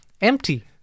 Empty